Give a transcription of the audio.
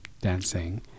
dancing